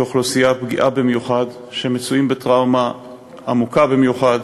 כאוכלוסייה פגיעה במיוחד שמצויה בטראומה עמוקה וקשה במיוחד,